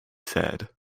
said